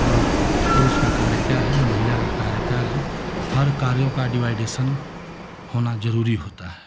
और पुरुष का कार्य क्या है महिला का कार्य क्या है हर कार्यों का डिवाइडेशन होना जरूरी होता है